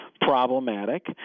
problematic